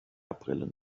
brillen